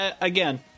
Again